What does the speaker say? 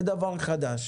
זה דבר חדש.